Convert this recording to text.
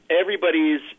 everybody's